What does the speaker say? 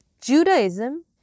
Judaism